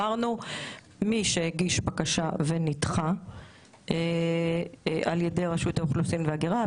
מי שהגיש בקשה ונדחה על ידי רשות האוכלוסין וההגירה,